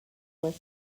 west